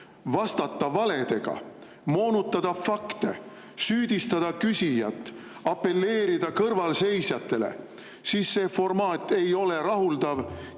vastata valedega, moonutada fakte, süüdistada küsijat, apelleerida kõrvalseisjatele, siis see formaat ei ole rahuldav